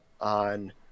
on